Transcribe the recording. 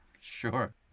Sure